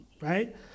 right